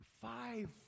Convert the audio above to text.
five